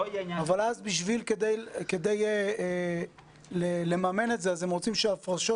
אבל אז כדי לממן את זה הם רוצים שההפרשות